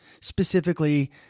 specifically